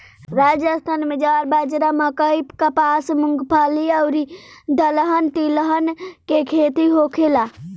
राजस्थान में ज्वार, बाजारा, मकई, कपास, मूंगफली अउरी दलहन तिलहन के खेती होखेला